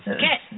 get